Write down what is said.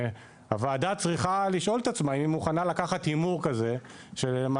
והוועדה צריכה לשאול את עצמה אם היא מוכנה לקחת הימור כזה שלמעשה